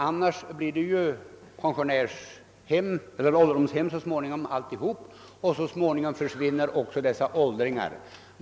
Annars blir det ju till slut bara pensionärshem och ålderdomshem kvar, och så småningom försvinner också de gamla människorna.